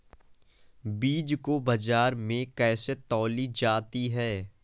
बीज को बाजार में कैसे तौली जाती है?